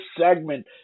segment